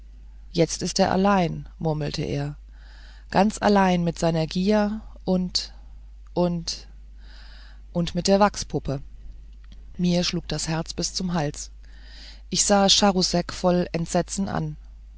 jetzt ist er allein murmelte er ganz allein mit seiner gier und und und mit der wachspuppe mir schlug das herz bis zum hals ich sah charousek voll entsetzen an